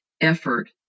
effort